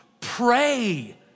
pray